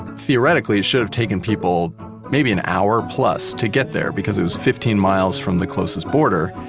theoretically, it should have taken people maybe an hour plus to get there because it was fifteen miles from the closest border.